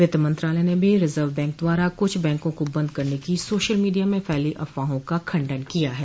वित्त मंत्रालय ने भी रिजर्व बैंक द्वारा कुछ बैंकों को बंद करने की सोशल मीडिया में फैली अफवाहों का खंडन किया है